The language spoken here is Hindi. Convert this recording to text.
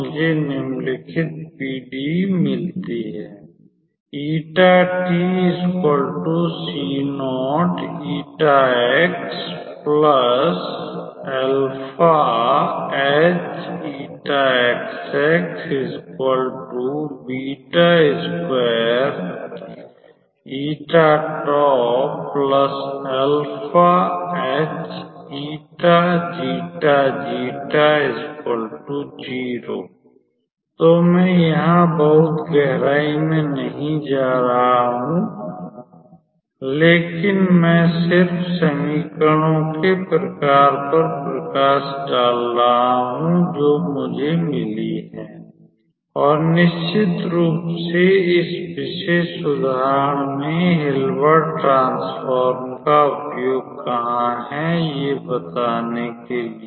मुझे निम्नलिखित पीडीई मिलती है तो मैं यहां बहुत गहराई में नहीं जा रहा हूं लेकिन मैं सिर्फ समीकरणों के प्रकार पर प्रकाश डाल रहा हूं जो मुझे मिली है और निश्चित रूप से इस विशेष उदाहरण में हिल्बर्ट ट्रांसफॉर्म का उपयोग कहां है ये बताने के लिए